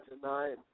tonight